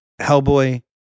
Hellboy